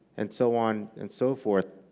and so on and so forth.